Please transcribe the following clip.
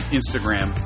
Instagram